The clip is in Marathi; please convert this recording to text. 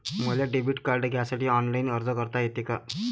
मले डेबिट कार्ड घ्यासाठी ऑनलाईन अर्ज करता येते का?